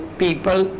people